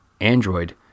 Android